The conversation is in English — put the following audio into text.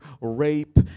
rape